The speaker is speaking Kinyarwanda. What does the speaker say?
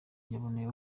yaboneyeho